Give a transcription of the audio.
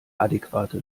adäquate